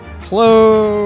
Close